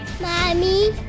Mommy